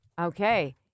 Okay